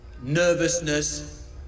nervousness